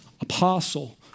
apostle